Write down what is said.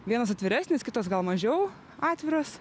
vienos atviresnės kitos gal mažiau atviros